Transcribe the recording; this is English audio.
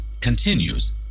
continues